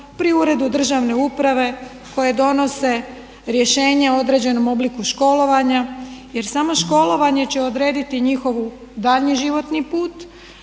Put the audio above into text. pri uredu državne uprave koje donose rješenje o određenom obliku školovanja jer samo školovanje će odrediti njihov daljnji životni put